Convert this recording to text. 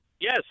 Yes